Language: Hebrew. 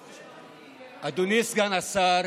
אדוני סגן השר,